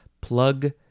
plug